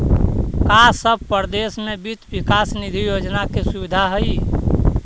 का सब परदेश में वित्त विकास निधि योजना के सुबिधा हई?